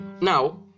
Now